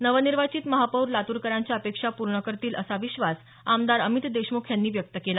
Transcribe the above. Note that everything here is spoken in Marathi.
नवनिर्वाचित महापौर लातूरकरांच्या अपेक्षा पूर्ण करतील असा विश्वास आमदार अमित देशमुख यांनी व्यक्त केला